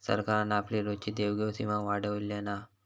सरकारान आपली रोजची देवघेव सीमा वाढयल्यान हा